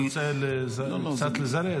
אני פשוט רוצה קצת לזרז.